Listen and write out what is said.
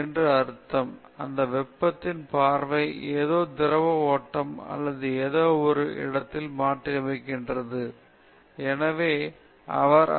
என்று அர்த்தம் அந்த வெப்பத்தின் பார்வை ஏதோ திரவ ஓட்டம் அல்லது ஏதோவொரு இடத்திற்கு மாற்றியமைக்கிறது அது என்ன என்று முழுமையான யோசனை உள்ளது